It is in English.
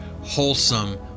wholesome